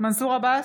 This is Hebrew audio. מנסור עבאס,